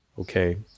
okay